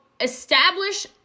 establish